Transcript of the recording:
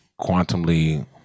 Quantumly